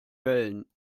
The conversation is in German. wellen